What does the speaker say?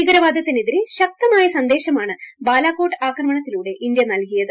ഭീകരവാദത്തിനെതിരെ ശക്തമായ സന്ദേശമാണ് ബാലാകോട്ട് ആക്രമണത്തിലൂടെ ഇന്ത്യ നൽകിയത്